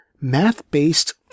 math-based